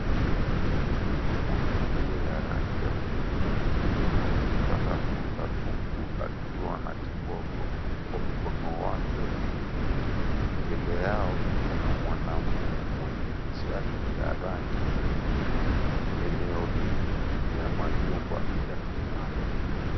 Mtu mwenye nguo ya rangi ya hudhurungi amempanda punda huku akiwa na kiboko kwa mkono wake wa kulia. Mbele yao kuna mwanaume mwenye t-shirt ya rangi nyekundu. Eneo hii ni ya majumba ya kitambo.